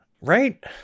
Right